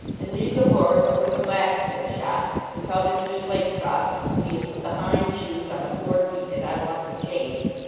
and lead the horse over to the blacksmith shop and tell mr. slaketroff that he has put the hind shoes on the fore feet and i want them changed,